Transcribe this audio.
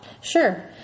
Sure